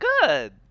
Good